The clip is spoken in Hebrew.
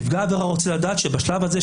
נפגע העבירה רוצה לדעת שבשלב הזה,